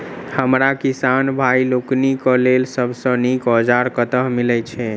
हमरा किसान भाई लोकनि केँ लेल सबसँ नीक औजार कतह मिलै छै?